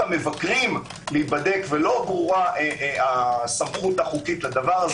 המבקרים להיבדק ולא ברורה הסמכות החוקתית לדבר הזה,